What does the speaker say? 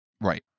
Right